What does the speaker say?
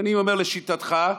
ואני אומר, לשיטתך,